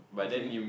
okay